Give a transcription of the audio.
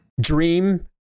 Dream